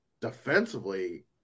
defensively